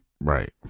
Right